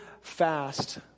fast